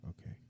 Okay